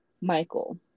Michael